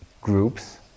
groups